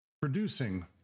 Producing